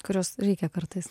kurios reikia kartais